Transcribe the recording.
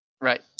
Right